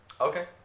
Okay